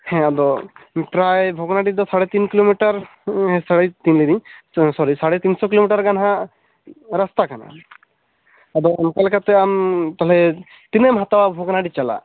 ᱦᱮᱸ ᱟᱫᱚ ᱯᱨᱟᱭ ᱵᱷᱟᱜᱽᱱᱟᱰᱤ ᱫᱚ ᱥᱟᱲᱮᱛᱤᱱ ᱠᱤᱞᱳᱢᱤᱴᱟᱨ ᱥᱟᱲᱮ ᱛᱤᱱ ᱞᱟᱹᱭ ᱫᱤᱧ ᱥᱚᱨᱤ ᱥᱟᱲᱮᱛᱤᱱᱥᱚ ᱠᱤᱞᱳᱢᱤᱴᱟᱨ ᱜᱟᱱ ᱦᱟᱜ ᱨᱟᱥᱛᱟ ᱠᱟᱱᱟ ᱟᱫᱚ ᱚᱱᱠᱟ ᱞᱮᱠᱟᱛᱮ ᱛᱟᱦᱚᱞᱮ ᱟᱢ ᱛᱤᱱᱟᱹ ᱮᱢ ᱦᱟᱛᱟᱣᱼᱟ ᱵᱷᱚᱜᱽᱱᱟᱰᱤ ᱪᱟᱞᱟᱜ